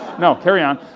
no, carry on.